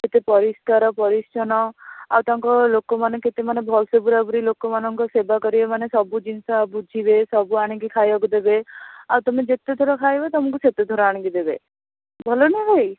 କେତେ ପରିଷ୍କାର ପରିଚ୍ଛନ୍ନ ଆଉ ତାଙ୍କ ଲୋକମାନେ କେତେ ମାନେ ଭଲସେ ପୂରାପୂରି ଲୋକମାନଙ୍କର ସେବା କରିବା ମାନେ ସବୁ ଜିନିଷ ବୁଝିବେ ସବୁ ଆଣିକି ଖାଇବାକୁ ଦେବେ ଆଉ ତମେ ଯେତେଥର ଖାଇବ ତମକୁ ସେତେଥର ଆଣିକି ଦେବେ ଭଲନା ଭାଇ